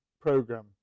program